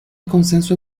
consenso